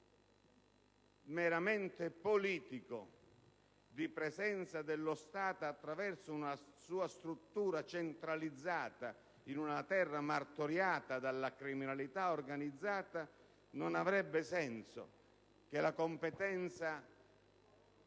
meramente politico di presenza dello Stato attraverso una sua struttura centralizzata in una terra martoriata dalla criminalità organizzata, non ha poi senso affidare la competenza